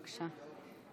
בבקשה.